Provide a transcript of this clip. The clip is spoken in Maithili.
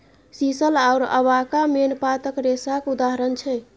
सीशल आओर अबाका मेन पातक रेशाक उदाहरण छै